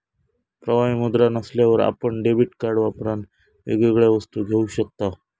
प्रवाही मुद्रा नसल्यार आपण डेबीट कार्ड वापरान वेगवेगळ्या वस्तू घेऊ शकताव